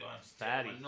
Fatty